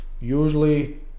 usually